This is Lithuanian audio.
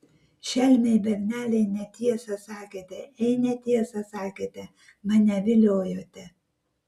šelmiai berneliai netiesą sakėte ei netiesą sakėte mane viliojote